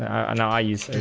and i used